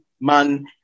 man